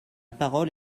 parole